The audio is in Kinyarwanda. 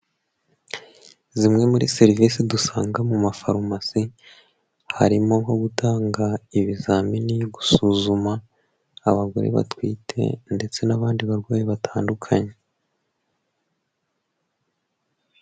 Zimwe muri serivisi dusanga mu mafarumasi, harimo nko gutanga ibizamini, gusuzuma abagore batwite ndetse n'abandi barwayi batandukanye.